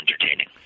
entertaining